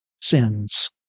sins